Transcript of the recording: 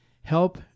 Help